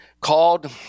called